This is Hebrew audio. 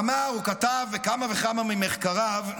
אמר, או כתב בכמה וכמה ממחקריו,